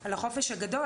על החופש הגדול.